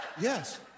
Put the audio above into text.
Yes